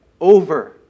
over